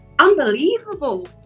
unbelievable